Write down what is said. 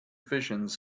visions